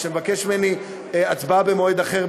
שהוא מבקש הצבעה במועד אחר,